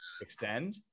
extend